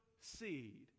seed